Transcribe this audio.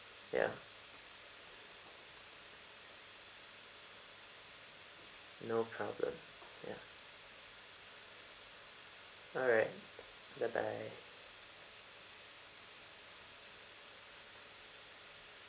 ya no problem ya alright bye bye